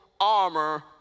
armor